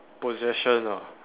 possession ah